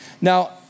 Now